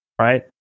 Right